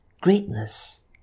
greatness